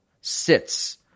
sits